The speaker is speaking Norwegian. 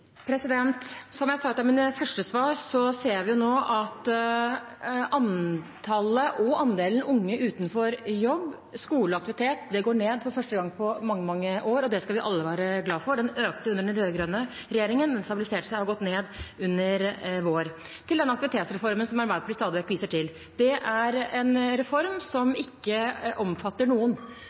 Som jeg sa i et av mine første svar, ser vi nå at antallet og andelen unge utenfor jobb, skole og aktivitet går ned for første gang på mange, mange år, og det skal vi alle være glad for. Den økte under den rød-grønne regjeringen, men stabiliserte seg og har gått ned under vår regjering. Til den aktivitetsreformen som Arbeiderpartiet stadig vekk viser til: Det er en reform som ikke omfatter noen.